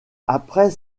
après